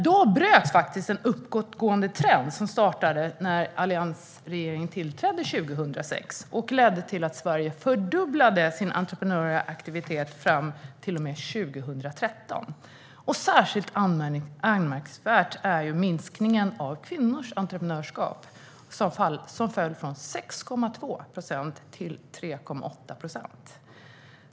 Därmed bröts en uppåtgående trend som startade när alliansregeringen tillträdde 2006 och som ledde till att Sverige fördubblade sin entreprenöriella aktivitet fram till och med 2013. Särskilt anmärkningsvärd är minskningen av kvinnors entreprenörskap, som föll från 6,2 procent till 3,8 procent.